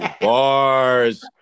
bars